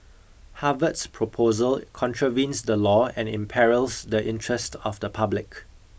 Harvard's proposal contravenes the law and imperils the interest of the public